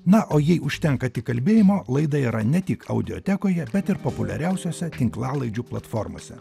na o jei užtenka tik kalbėjimo laida yra ne tik audiotekose bet ir populiariausiose tinklalaidžių platformose